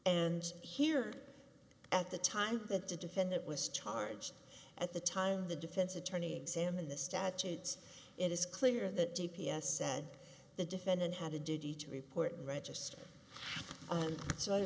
and here at the time that the defendant was charged at the time the defense attorney examine the statutes it is clear that d p s said the defendant had a duty to report and register